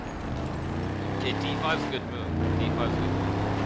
know okay d five is a good move d five is a good move